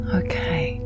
okay